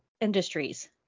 industries